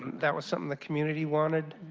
that was something the community wanted.